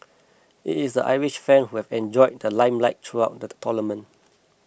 it is the Irish fans who have enjoyed the limelight throughout the tournament